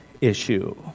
issue